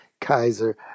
Kaiser